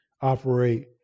operate